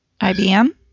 IBM